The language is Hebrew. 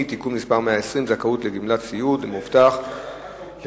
(תיקון מס' 120) (זכאות לגמלת סיעוד למבוטח שאושפז),